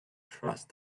trust